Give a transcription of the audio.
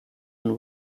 and